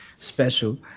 special